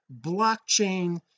blockchain